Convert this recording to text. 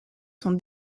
son